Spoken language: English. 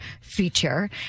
feature